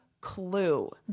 Clue